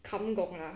kum gong lah